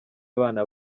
abana